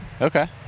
Okay